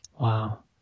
Wow